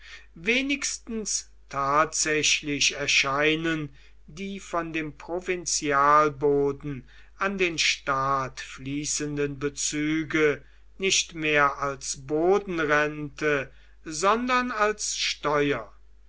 wenigstens tatsächlich erscheinen die von dem provinzialboden an den staat fließenden bezüge nicht mehr als bodenrente sondern als steuer